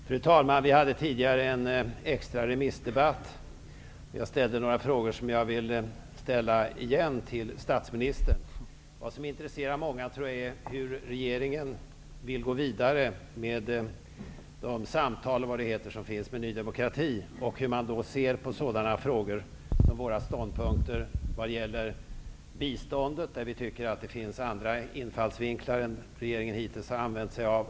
Fru talman! Vi hade tidigare en extra remissdebatt. Vid det tillfället ställde jag några frågor som jag vill ställa igen till statsministern. Vad som intresserar många, tror jag, är hur regeringen vill gå vidare med de samtal -- eller vad de kallas -- som förekommer med Ny demokrati och hur man ser på Ny demokratis ståndpunkter i frågor som gäller biståndet. Vi tycker att det finns andra infallsvinklar än de regeringen hittills använt sig av.